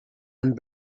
and